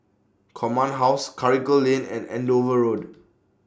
Command House Karikal Lane and Andover Road